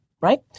Right